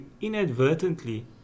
inadvertently